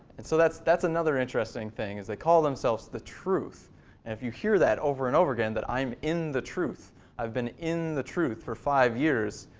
and so that's that's another interesting thing. they call themselves the truth. and if you hear that over and over again, that i'm in the truth i've been in the truth for five years.